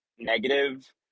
negative